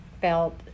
felt